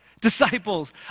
disciples